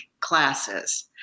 classes